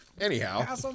Anyhow